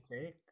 take